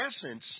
essence